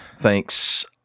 Thanks